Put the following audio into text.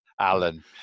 Alan